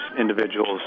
individuals